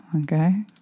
okay